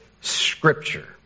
scripture